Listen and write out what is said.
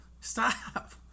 Stop